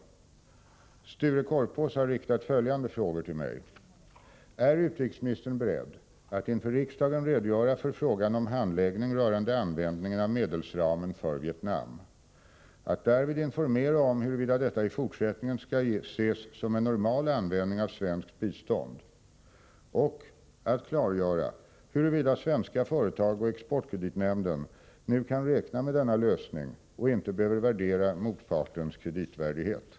biståndsmedel Sture Korpås har riktat följande frågor till mig: Är utrikesministern beredd att inför riksdagen redogöra för handläggningen av frågan rörande användningen av medelsramen för Vietnam, att därvid informera om huruvida detta i fortsättningen skall ses som en normal användning av svenskt bistånd och att klargöra huruvida svenska företag och exportkreditnämnden nu kan räkna med denna lösning och inte behöver värdera motpartens kreditvärdighet?